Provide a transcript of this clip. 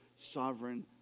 sovereign